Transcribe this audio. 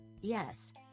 Yes